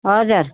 हजुर